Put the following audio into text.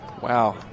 Wow